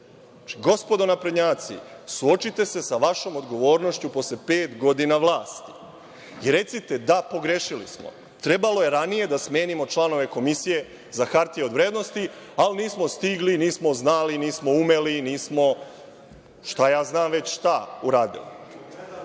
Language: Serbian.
gospodo naprednjaci, suočite se sa vašom odgovornošću posle pet godina vlasti i recite – da pogrešili smo. Trebalo je ranije da smenimo članove Komisije za hartije od vrednosti, ali nismo stigli, nismo znali, nismo umeli, nismo šta ja znam već šta uradili. Dakle,